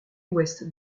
ouest